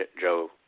Joe